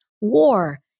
war